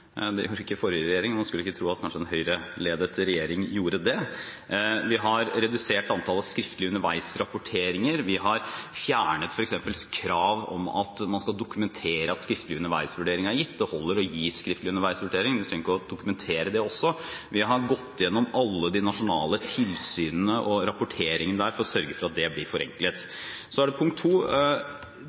Det gjorde ikke den forrige regjeringen, og man skulle kanskje ikke tro at en Høyre-ledet regjering gjorde det. Vi har redusert antallet skriftlige underveisrapporteringer. Vi har fjernet et krav om at man skal dokumentere at skriftlig underveisvurdering er gitt. Det holder å gi skriftlig underveisvurdering. Man trenger ikke å dokumentere det også. Vi har gått igjennom alle de nasjonale tilsynene og rapporteringene der for å sørge for at det blir forenklet. For det andre: Det